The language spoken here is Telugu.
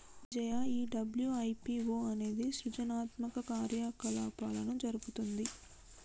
విజయ ఈ డబ్ల్యు.ఐ.పి.ఓ అనేది సృజనాత్మక కార్యకలాపాలను జరుపుతుంది